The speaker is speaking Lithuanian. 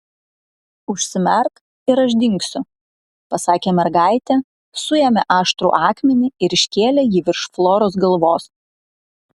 užsimerk ir aš dingsiu pasakė mergaitė suėmė aštrų akmenį ir iškėlė jį virš floros galvos